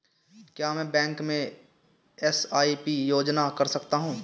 क्या मैं बैंक में एस.आई.पी योजना कर सकता हूँ?